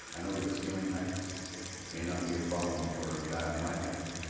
i know that ceiling heights may not be a problem for a guy of my height,